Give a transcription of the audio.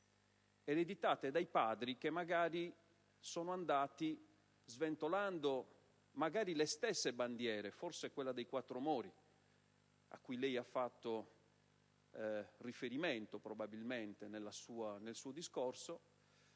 ereditate dai padri, che magari sono andati sventolando le stesse bandiere, forse quella con i quattro mori cui lei ha fatto riferimento nel suo discorso,